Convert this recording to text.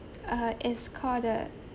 uh it's called the